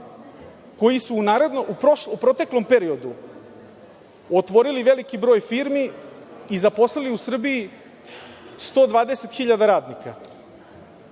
naravno u proteklom periodu otvorili veliki broj firmi i zaposlili u Srbiji 120.000 radnika.